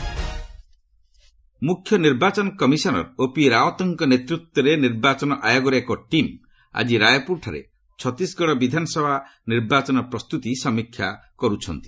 EC Chhattisgarh ମୁଖ୍ୟ ନିର୍ବାଚନ commissioner OP ରାଓତ୍ଙ୍କ ନେତୃତ୍ୱରେ ନିର୍ବାଚନ ଆୟୋଗର ଏକ ଟିମ୍ ଆଜି ରାୟପୁରଠାରେ ଛତିଶଗଡ଼ ବିଧାନସଭା ନିର୍ବାଚନ ପ୍ରସ୍ତୁତି ସମୀକ୍ଷା କରୁଛନ୍ତି